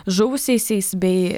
žuvusiaisiais bei